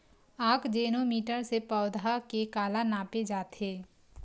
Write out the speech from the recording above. आकजेनो मीटर से पौधा के काला नापे जाथे?